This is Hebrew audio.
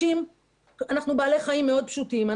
יש לנו חיים מאוד פשוטים.